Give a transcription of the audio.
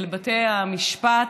אל בתי המשפט,